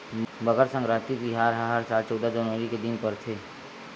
मकर सकराति तिहार ह हर साल चउदा जनवरी के दिन परथे